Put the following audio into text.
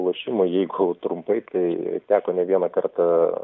lošimo jeigu trumpai tai teko ne vieną kartą